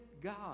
God